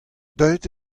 deuet